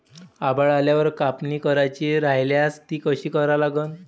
आभाळ आल्यावर कापनी करायची राह्यल्यास ती कशी करा लागन?